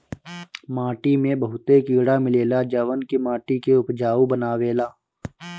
माटी में बहुते कीड़ा मिलेला जवन की माटी के उपजाऊ बनावेला